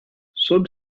sob